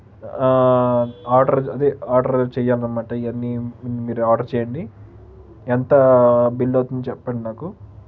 order అదే order చెయ్యాలనమాట ఇవన్నీ మీరు ఆర్డర్ చేయండి ఎంతా బిల్లు అవుతుందో చెప్పండి నాకు